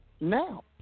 now